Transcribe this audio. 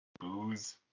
booze